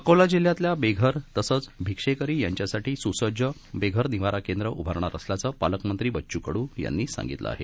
अकोला जिल्ह्यातल्या बेघर तसंच भिक्षेकरी यांच्यासाठी सुसज्ज बेघर निवारा केंद्र उभारणार असल्याचं पालकमंत्री बच्च् कडू यांनी सांगितलं आहे